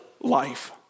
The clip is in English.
life